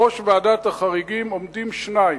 בראש ועדת החריגים עומדים שניים.